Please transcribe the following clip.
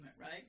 right